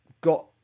got